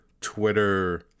Twitter